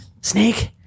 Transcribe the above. Snake